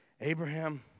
Abraham